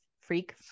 freak